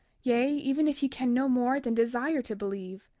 yea, even if ye can no more than desire to believe,